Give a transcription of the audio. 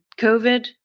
COVID